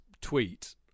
Tweet